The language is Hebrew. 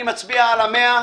אני מצביע על ה-100,000.